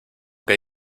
que